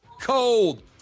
cold